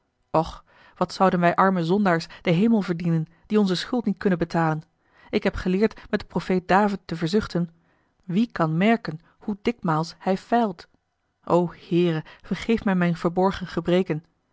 och wat zouden wij arme zondaars den hemel verdienen die onze schuld niet kunnen betalen ik heb geleerd met den profeet david te verzuchten wie kan merken hoe dikmaals hij feilt o heere vergeef mij mijn verborgen gebreken